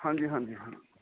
ਹਾਂਜੀ ਹਾਂਜੀ ਹਾਂਜੀ